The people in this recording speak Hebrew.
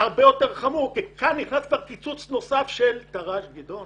כי כאן נכנס גם קיצוץ נוסף של תר"ש גדעון